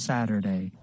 Saturday